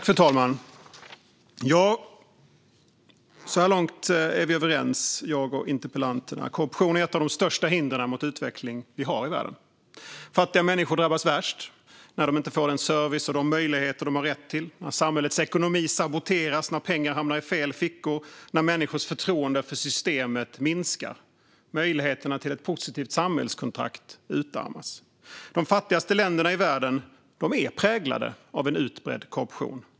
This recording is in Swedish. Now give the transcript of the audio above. Fru talman! Så här långt är jag och interpellanten överens. Korruption är ett av de största hindren i världen mot utveckling. Fattiga människor drabbas värst när de inte får den service och de möjligheter som de har rätt till, när samhällets ekonomi saboteras, när pengar hamnar i fel fickor och när människors förtroende för systemet minskar. Möjligheterna till ett positivt samhällskontrakt utarmas. De fattigaste länderna i världen är präglade av en utbredd korruption.